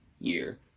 year